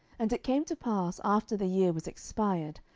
and it came to pass, after the year was expired,